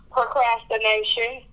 Procrastination